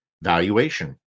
valuation